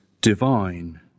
divine